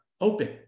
open